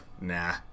nah